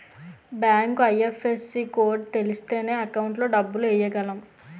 bank IFSC code తెలిస్తేనే account లో డబ్బులు ఎయ్యగలం